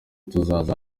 tuzaza